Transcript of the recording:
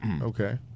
Okay